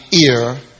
ear